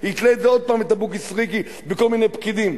ויתלה עוד פעם את הבוקי סריקי בכל מיני פקידים.